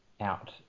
out